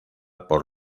por